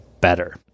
better